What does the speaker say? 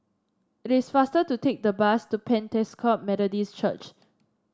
it is faster to take the bus to Pentecost Methodist Church